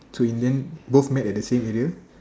so in the end both met at the same area